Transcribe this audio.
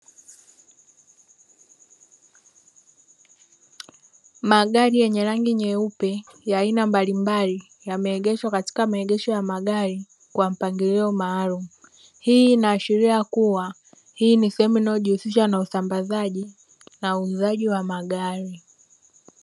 Magari yenye rangi nyeupe ya aina mbalimbali yameegeshwa kwa mpangilio maalumu, hii inaashiria kuwa hii ni sehemu inayohusika na usambazaji na uuzaji wa magari.